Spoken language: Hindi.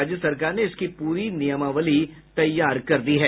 राज्य सरकार ने इसकी पूरी नियमावली तैयार कर दी है